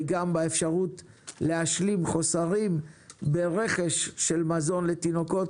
וגם באפשרות להשלים חוסרים ברכש של מזון לתינוקות